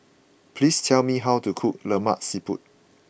please tell me how to cook Lemak Siput